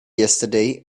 yesterday